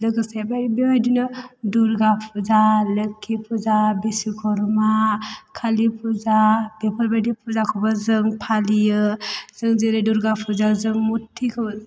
लोगोसे बेबायदिनो दुर्गा फुजा लोखि फुजा बिश्वकर्मा कालि फुजा बेफोरबायदि फुजाखौबो जों फालियो जों जेरै दुर्गा फुजाजों मुर्तिखौ